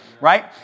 right